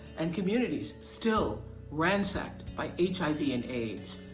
and communities still ransacked by h i v. and aids.